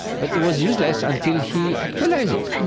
but it was useless until he actualized it.